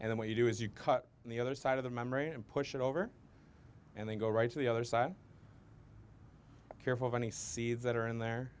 and then what you do is you cut in the other side of the memory and push it over and then go right to the other side careful of any see that are in there